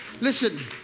Listen